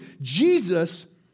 Jesus